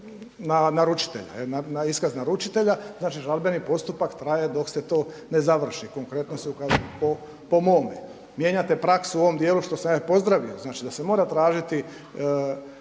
na iskaz naručitelja, znači žalbeni postupak traje dok se to ne završi. Konkretno se … po mome. Mijenjate praksu u ovom dijelu što sam ja i pozdravio znači da se mora tražiti